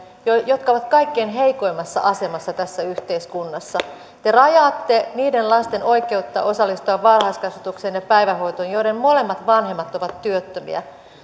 jotka ovat kaikkein heikoimmassa asemassa tässä yhteiskunnassa te rajaatte niiden lasten oikeutta osallistua varhaiskasvatukseen ja päivähoitoon joiden molemmat vanhemmat ovat työttömiä